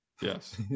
Yes